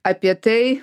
apie tai